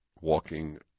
walking